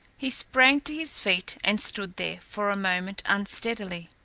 he sprang to his feet and stood there, for a moment, unsteadily.